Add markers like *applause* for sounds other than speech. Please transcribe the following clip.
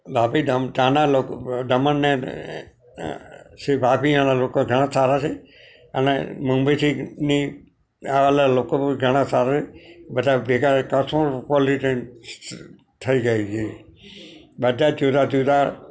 લાભીધામ ત્યાંનાં લોકો દમણને શ્રી વ્યભિયાના લોકો ઘણા સારા છે અને મુંબઈથી ની આવેલા લોકો પણ ઘણા સારા છે બધા ભેગા કક્ષમાં *unintelligible* થઈ જાય છે બધા જુદાજુદા